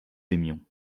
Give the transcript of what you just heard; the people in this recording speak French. aimions